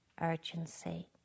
urgency